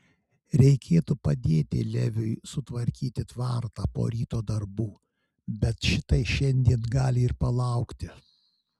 reikėtų padėti leviui sutvarkyti tvartą po ryto darbų bet šitai šiandien gali ir palaukti